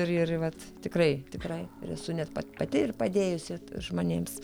ir ir vat tikrai tikrai ir esu net pa pati ir padėjusi žmonėms